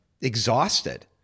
exhausted